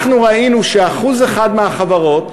אנחנו ראינו ש-1% מהחברות,